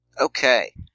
Okay